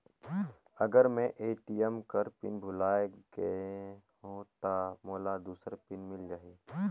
अगर मैं ए.टी.एम कर पिन भुलाये गये हो ता मोला दूसर पिन मिल जाही?